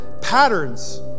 patterns